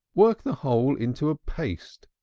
work the whole into a paste,